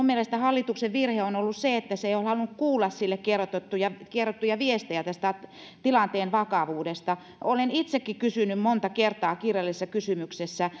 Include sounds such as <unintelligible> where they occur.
<unintelligible> mielestäni hallituksen virhe on on ollut se että se ei ole halunnut kuulla sille kerrottuja kerrottuja viestejä tilanteen vakavuudesta olen itsekin kysynyt monta kertaa kirjallisessa kysymyksessä <unintelligible>